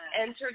entered